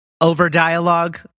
over-dialogue